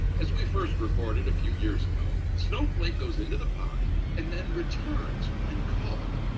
as we first reported a few years ago, snowflake goes into the pond and then returns when called,